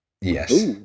Yes